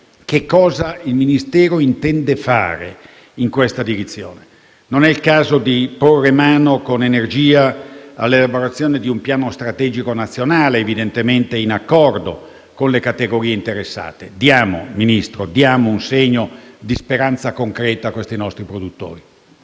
dunque, il Ministero in questa direzione? Non è il caso di porre mano, con energia, all'elaborazione di un piano strategico nazionale, evidentemente in accordo con le categorie interessate? Signor Ministro, diamo un segno di speranza concreta ai nostri produttori.